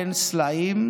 בין סלעים,